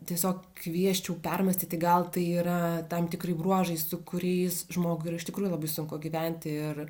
tiesiog kviesčiau permąstyti gal tai yra tam tikri bruožai su kuriais žmogui yra iš tikrųjų labai sunku gyventi ir